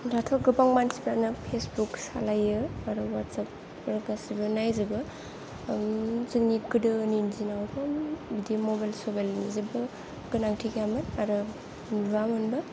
दाथ' गोबां मानसिफ्रानो फेसबुक सालायो आरो हवाटसेप गासिबो नायजोबो जोंनि गोदोनि दिनावथ' बिदि मबाइल सबाइलनि जेब्बो गोनांथि गैयामोन आरो नुआमोनबो